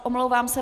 Omlouvám se.